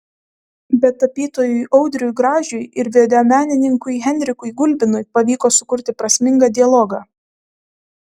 bet tapytojui audriui gražiui ir videomenininkui henrikui gulbinui pavyko sukurti prasmingą dialogą